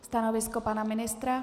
Stanovisko pana ministra?